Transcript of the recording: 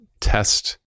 test